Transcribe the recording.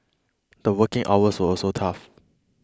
the working hours were also tough